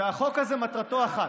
שהחוק הזה, מטרתו אחת,